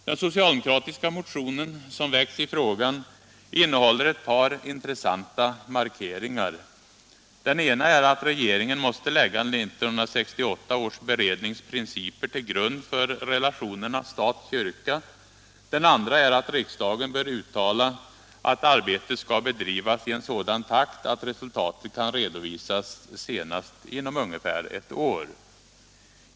Den socialdemokratiska motion som väckts i frågan innehåller ett par intressanta markeringar. Den ena är att regeringen måste lägga 1968 års berednings principer till grund för relationerna stat-kyrka. Den andra är att riksdagen bör uttala att arbetet skall bedrivas i en sådan takt att resultatet kan redovisas senast inom ungefär ett år.